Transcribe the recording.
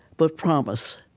but promise.